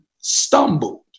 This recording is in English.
stumbled